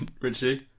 Richie